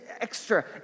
extra